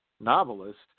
novelist